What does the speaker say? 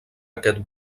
aquest